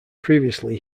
previously